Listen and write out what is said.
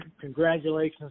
congratulations